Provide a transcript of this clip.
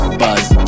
buzz